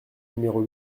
numéro